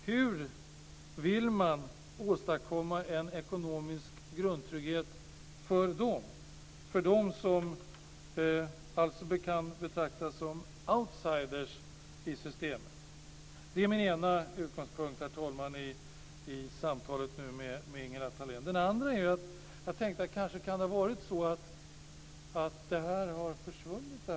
Hur vill man åstadkomma en ekonomisk grundtrygghet för dem som kan betraktas som outsiders i systemet? Det är min ena utgångspunkt, herr talman, i samtalet med Den andra är att jag tänkte att det kan ha varit så att problemet har försvunnit.